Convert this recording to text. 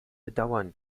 bedauern